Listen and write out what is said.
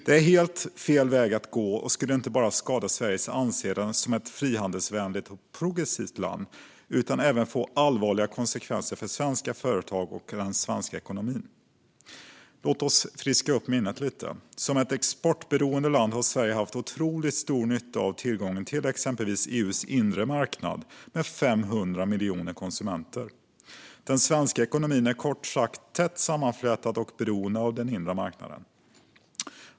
Det här vore helt fel väg att gå och skulle inte bara skada Sveriges anseende som ett frihandelsvänligt och progressivt land utan även få allvarliga konsekvenser för svenska företag och den svenska ekonomin. Låt oss friska upp minnet lite. Som ett exportberoende land har Sverige haft otroligt stor nytta av tillgången till exempelvis EU:s inre marknad med 500 miljoner konsumenter. Den svenska ekonomin är kort sagt tätt sammanflätad med och beroende av den inre marknaden.